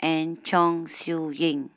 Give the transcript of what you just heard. and Chong Siew Ying